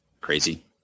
crazy